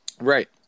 Right